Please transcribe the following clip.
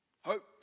Hope